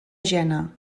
jena